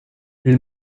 ils